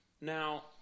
Now